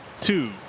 Two